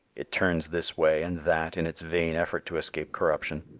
it turns this way and that in its vain effort to escape corruption.